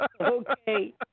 Okay